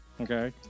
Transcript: Okay